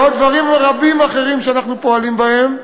ועוד דברים רבים אחרים שאנחנו פועלים בהם,